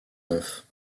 neuf